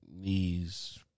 knees